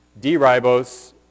D-ribose